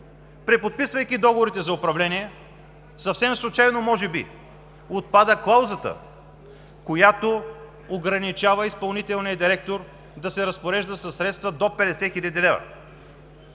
Преподписвайки договорите за управление, съвсем случайно може би, отпада клаузата, която ограничава изпълнителния директор да се разпорежда със средства до 50 хил. лв.